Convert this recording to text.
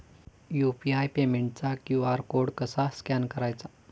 UPI पेमेंटचा QR code कसा scan करायचा?